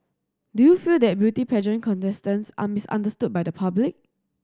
do you feel that beauty pageant contestants are misunderstood by the public